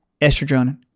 estrogen